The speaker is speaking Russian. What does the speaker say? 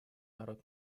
народ